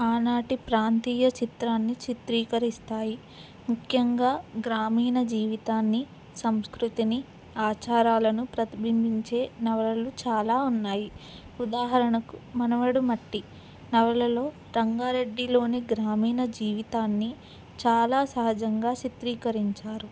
ఆనాటి ప్రాంతీయ చిత్రాన్ని చిత్రీకరిస్తాయి ముఖ్యంగా గ్రామీణ జీవితాన్ని సంస్కృతిని ఆచారాలను ప్రతిబింబించే నవలలు చాలా ఉన్నాయి ఉదాహరణకు మనవడు మట్టి నవలలో రంగారెడ్డిలోని గ్రామీణ జీవితాన్ని చాలా సహజంగా చిత్రీకరించారు